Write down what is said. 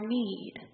need